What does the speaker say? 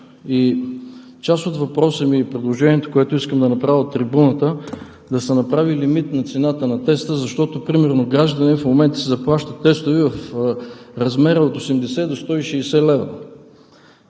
Част от въпроса ми и предложението, което искам да направя от трибуната, е да се направи лимит на цената на теста, защото примерно гражданите в момента си заплащат тестове в размер от 80 до 160 лв.